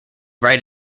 write